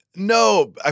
No